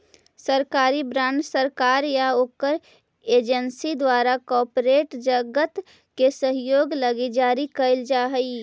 सरकारी बॉन्ड सरकार या ओकर एजेंसी द्वारा कॉरपोरेट जगत के सहयोग लगी जारी कैल जा हई